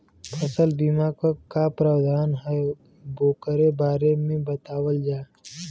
फसल बीमा क का प्रावधान हैं वोकरे बारे में बतावल जा?